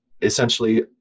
essentially